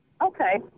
Okay